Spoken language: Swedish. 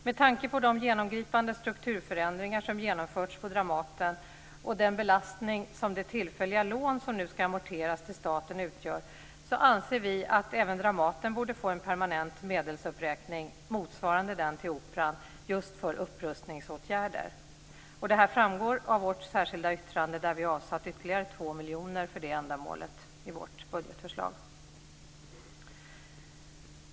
Med tanke på de genomgripande strukturförändringar som genomförts på Dramaten och den belastning som det tillfälliga lån som nu ska amorteras till staten utgör anser vi att även Dramaten borde få en permanent medelsuppräkning motsvarande den till Operan just för upprustningsåtgärder. Det framgår av vårt särskilda yttrande att vi har avsatt ytterligare 2 miljoner för det ändamålet i vårt budgetförslag.